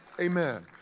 Amen